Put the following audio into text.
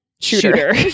shooter